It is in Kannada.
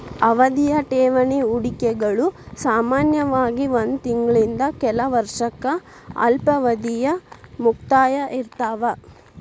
ಅವಧಿಯ ಠೇವಣಿ ಹೂಡಿಕೆಗಳು ಸಾಮಾನ್ಯವಾಗಿ ಒಂದ್ ತಿಂಗಳಿಂದ ಕೆಲ ವರ್ಷಕ್ಕ ಅಲ್ಪಾವಧಿಯ ಮುಕ್ತಾಯ ಇರ್ತಾವ